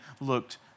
looked